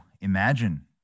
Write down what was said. imagine